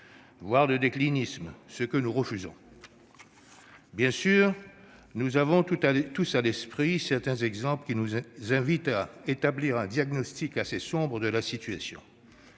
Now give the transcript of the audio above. voire de « déclinisme »- nous nous y refusons ! Bien sûr, nous avons tous à l'esprit certains exemples qui nous invitent à établir un diagnostic assez sombre de la situation.